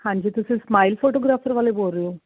ਹਾਂਜੀ ਤੁਸੀਂ smile photographer ਵਾਲੇ ਬੋਲ ਰਹੇ ਹੋ